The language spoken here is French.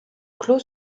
clôt